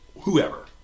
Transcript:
Whoever